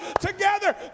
together